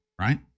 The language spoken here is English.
right